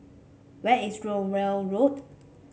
where is Rowell Road